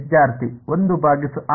ವಿದ್ಯಾರ್ಥಿ ಒಂದು ಭಾಗಿಸು ಆರ್